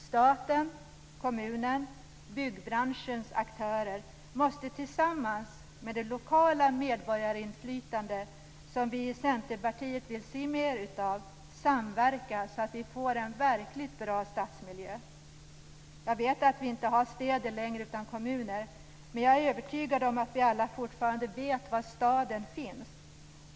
Staten, kommunen och byggbranschens aktörer måste, tillsammans med det lokala medborgarinflytande som vi i Centerpartiet vill se mer utav, samverka så att vi får en verkligt bra stadsmiljö. Jag vet att vi inte har städer längre utan enbart kommuner. Men jag är övertygad om att vi alla fortfarande vet var staden finns.